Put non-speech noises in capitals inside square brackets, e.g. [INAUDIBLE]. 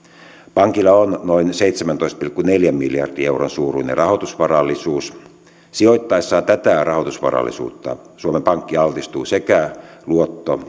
pankilla on noin seitsemäntoista pilkku neljän miljardin euron suuruinen rahoitusvarallisuus sijoittaessaan tätä rahoitusvarallisuutta suomen pankki altistuu sekä luotto [UNINTELLIGIBLE]